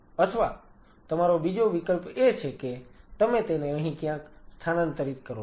અથવા તમારો બીજો વિકલ્પ એ છે કે તમે તેને અહીં ક્યાંક સ્થાનાંતરિત કરો છો